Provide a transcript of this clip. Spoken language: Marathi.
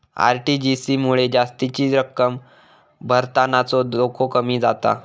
आर.टी.जी.एस मुळे जास्तीची रक्कम भरतानाचो धोको कमी जाता